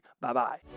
Bye-bye